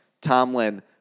Tomlin